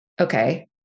okay